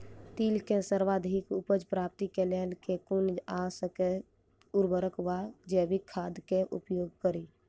तिल केँ सर्वाधिक उपज प्राप्ति केँ लेल केँ कुन आ कतेक उर्वरक वा जैविक खाद केँ उपयोग करि?